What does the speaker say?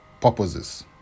purposes